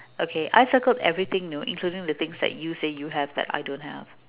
okay I circled everything know including the things that you say you have but I don't have